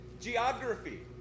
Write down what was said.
Geography